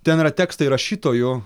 ten yra tekstai rašytojų